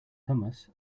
hummus